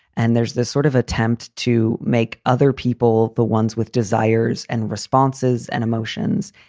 and there's this sort of attempt to make other people the ones with desires and responses and emotions.